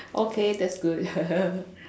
okay that's good